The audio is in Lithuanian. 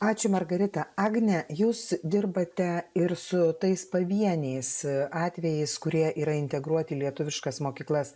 ačiū margarita agne jūs dirbate ir su tais pavieniais atvejais kurie yra integruoti į lietuviškas mokyklas